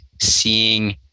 seeing